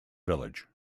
village